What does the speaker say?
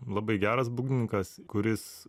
labai geras būgnininkas kuris